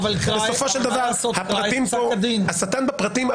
בסופו של דבר השטן בפרטים.